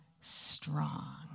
strong